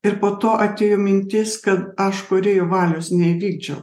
ir po to atėjo mintis kad aš kūrėjo valios neįvykdžiau